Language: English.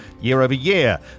year-over-year